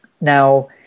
Now